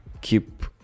keep